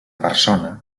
persona